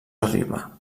arriba